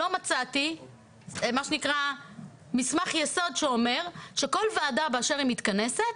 לא מצאתי מה שנקרא מסמך יסוד שאומר שכל ועדה באשר היא מתכנסת